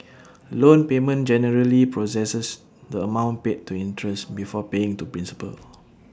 A loan payment generally processes the amount paid to interest before paying to principal